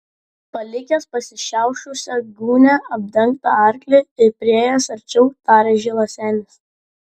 palikęs pasišiaušusią gūnią apdengtą arklį ir priėjęs arčiau tarė žilas senis